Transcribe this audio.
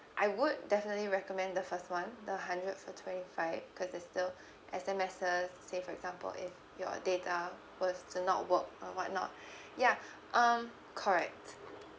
I would definitely recommend the first one the hundred for twenty five cause there's still S_M_Ses say for example if your data was to not work or what not yeah um correct